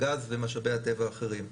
הגז ומשאבי הטבע האחרים.